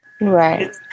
Right